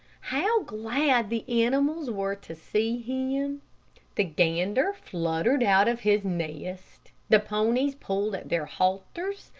how glad the animals were to see him! the gander fluttered out of his nest, the ponies pulled at their halters,